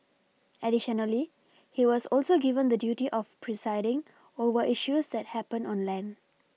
additionally he was also given the duty of presiding over issues that happen on land